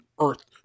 Earth